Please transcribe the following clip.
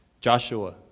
Joshua